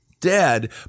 dead